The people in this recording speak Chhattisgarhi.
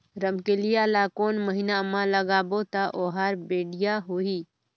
रमकेलिया ला कोन महीना मा लगाबो ता ओहार बेडिया होही?